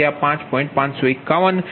55147